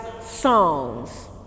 songs